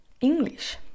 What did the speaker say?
English